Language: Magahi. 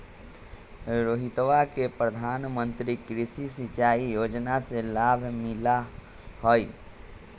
रोहितवा के प्रधानमंत्री कृषि सिंचाई योजना से लाभ मिला हई